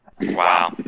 Wow